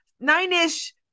Nine-ish